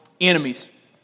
enemies